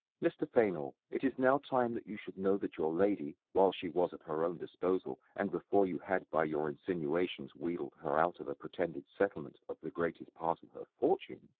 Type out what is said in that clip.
mr. fainall, it is now time that you should know that your lady, while she was at her own disposal, and before you had by your insinuations wheedled her out of a pretended settlement of the greatest part of her fortune